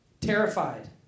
terrified